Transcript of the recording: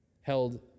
held